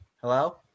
hello